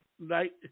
right